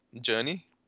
journey